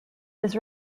his